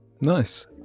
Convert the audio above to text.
Nice